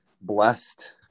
blessed